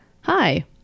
Hi